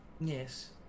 Yes